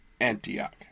Antioch